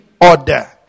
order